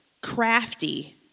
crafty